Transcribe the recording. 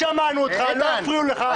שמענו אותך, לא הפריעו לך.